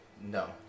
No